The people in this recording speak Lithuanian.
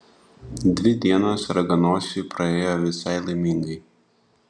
dvi dienos raganosiui praėjo visai laimingai